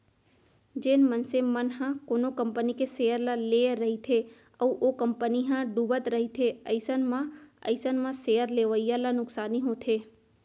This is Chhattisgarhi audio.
जेन मनसे मन ह कोनो कंपनी के सेयर ल लेए रहिथे अउ ओ कंपनी ह डुबत रहिथे अइसन म अइसन म सेयर लेवइया ल नुकसानी होथे